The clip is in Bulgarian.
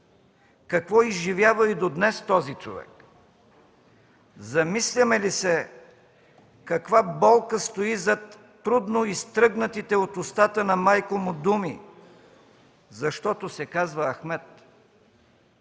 Какво изживява и до днес този човек? Замисляме ли се каква болка стои зад трудно изтръгнатите от устата на майка му думи – „защото се казва Ахмед”?